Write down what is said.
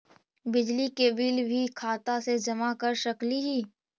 बिजली के बिल भी खाता से जमा कर सकली ही?